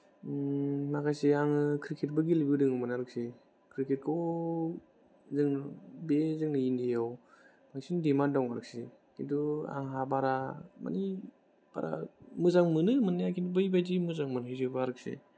ओम माखासे आङो क्रिकेटबो गेलेबोदोंमोन आरोखि क्रिकेटखौ जोङो गेलेयो जोंना ईण्डियाआव बांसिन दिमान्द दं आरोखि किन्तु आंहा बारा माने बारा मोजां मोनो मोन्नाया किन्तु बै बायदि मोजां मोनहैजोबा आरोखि